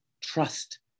trust